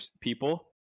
people